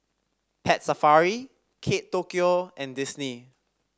Pet Safari Kate Tokyo and Disney